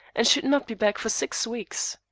and should not be back for six weeks.